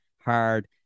hard